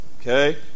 okay